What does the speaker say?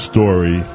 Story